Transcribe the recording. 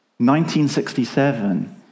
1967